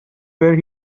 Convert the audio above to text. where